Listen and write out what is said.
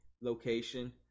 location